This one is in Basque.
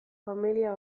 familia